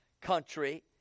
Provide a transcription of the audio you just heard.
country